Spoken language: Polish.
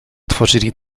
tworzyli